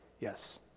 Yes